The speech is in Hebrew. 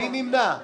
מי נמנע?